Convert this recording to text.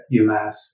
UMass